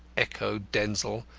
echoed denzil,